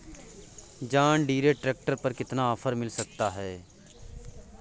John Deere tractor पर कितना offer मिल सकता है?